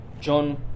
John